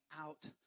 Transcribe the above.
out